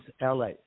LA